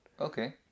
Okay